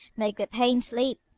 make the pain sleep!